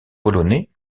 polonais